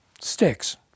sticks